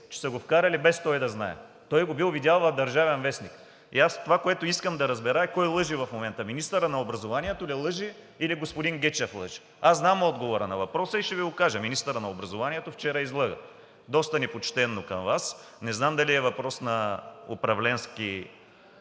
че са го вкарали, без той да знае. Той го бил видял в „Държавен вестник“. Това, което искам да разбера, е кой лъже в момента: министърът на образованието ли лъже, или господин Гечев лъже? Аз знам отговора на въпроса и ще Ви го кажа: министърът на образованието вчера излъга доста непочтено към Вас. Не знам дали е въпрос на липса